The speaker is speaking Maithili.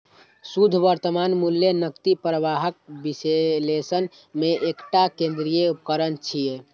शुद्ध वर्तमान मूल्य नकदी प्रवाहक विश्लेषण मे एकटा केंद्रीय उपकरण छियै